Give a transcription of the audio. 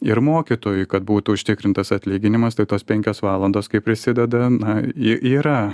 ir mokytojui kad būtų užtikrintas atlyginimas tai tos penkios valandos kai prisideda na ji yra